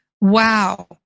wow